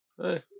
Hey